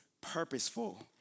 purposeful